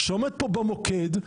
שעומד פה במוקד,